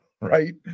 right